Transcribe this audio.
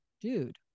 Dude